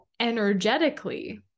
energetically